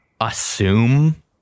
assume